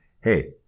Hey